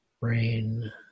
brain